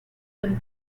and